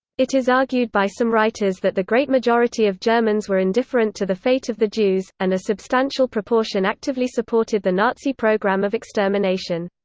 it is argued by some writers that the great majority of germans were indifferent to the fate of the jews, and a substantial proportion actively supported the nazi programme of extermination.